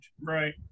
Right